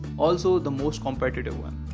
also, the most competitive one.